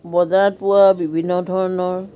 বজাৰত পোৱা বিভিন্ন ধৰণৰ